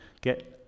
get